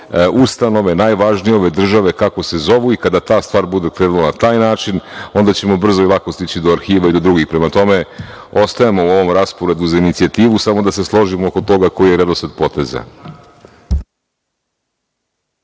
ustanove najvažnije ove države, kako se zovu i kada ta stvar bude krenula na taj način, onda ćemo brzo i lako stići do arhiva i do drugih. Prema tome, ostajemo u ovom rasporedu za inicijativu, samo da se složimo oko toga koji je redosled poteza.